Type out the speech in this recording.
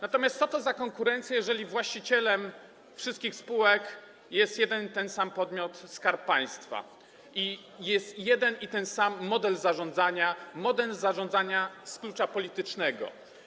Natomiast co to jest za konkurencja, jeżeli właścicielem wszystkich spółek jest jeden i ten sam podmiot - Skarb Państwa, i jest jeden i ten sam model zarządzania - z klucza politycznego.